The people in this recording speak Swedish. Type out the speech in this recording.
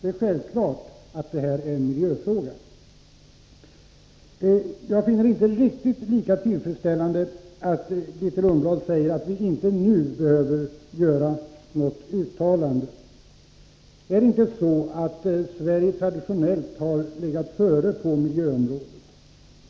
Självfallet är detta en miljöfråga. Jag fann det inte riktigt lika tillfredsställande att Grethe Lundblad sade att vi inte nu behöver göra något uttalande. Är det inte så, att Sverige traditionellt har legat före på miljöområdet?